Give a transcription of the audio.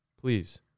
Please